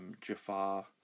Jafar